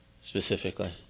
specifically